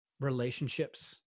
relationships